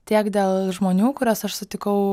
tiek dėl žmonių kuriuos aš sutikau